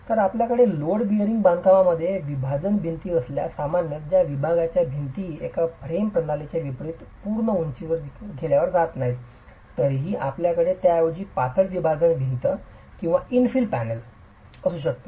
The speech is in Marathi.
तर आपल्याकडे लोड बेअरिंग बांधकामामध्ये विभाजन भिंती असल्यास सामान्यत या विभाजनाच्या भिंती एका फ्रेम प्रणालीच्या विपरीत पूर्ण उंचीवर घेतल्या जात नाहीत तरीही आपल्याकडे त्याऐवजी पातळ विभाजन भिंत किंवा इन्फिल पॅनेल असू शकते